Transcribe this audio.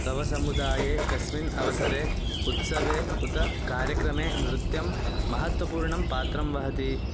तव समुदाये कस्मिन् अवसरे उत्सवे उत कार्यक्रमे नृत्यं महत्त्वपूर्णं पात्रं वहति